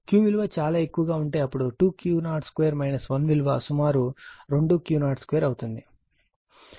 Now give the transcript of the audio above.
Q విలువ చాలా ఎక్కువగా ఉంటే అప్పుడు 2Q02 1 విలువ సుమారు 2Q02 అవుతుంది